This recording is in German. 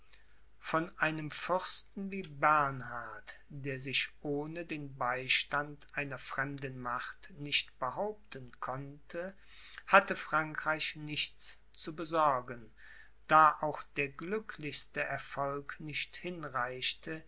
von einem fürsten wie bernhard der sich ohne den beistand einer fremden macht nicht behaupten konnte hatte frankreich nichts zu besorgen da auch der glücklichste erfolg nicht hinreichte